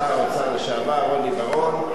שר האוצר לשעבר רוני בר-און,